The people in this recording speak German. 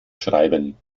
schreiben